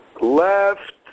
left